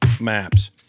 Maps